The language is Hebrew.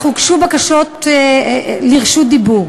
אך הוגשו בקשות לרשות דיבור.